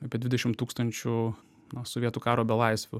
apie dvidešim tūkstančių nu sovietų karo belaisvių